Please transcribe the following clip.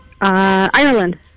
Ireland